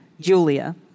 Julia